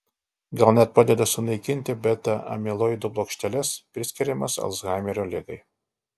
gal net padeda sunaikinti beta amiloido plokšteles priskiriamas alzhaimerio ligai